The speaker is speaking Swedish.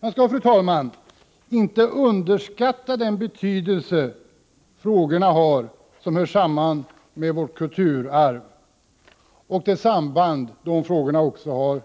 Man skall, fru talman, inte underskatta den betydelse de frågor har som hör samman med vårt kulturarv och också har samband